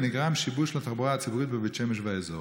ונגרם שיבוש לתחבורה הציבורית בבית שמש והאזור.